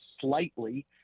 slightly